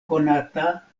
konata